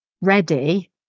ready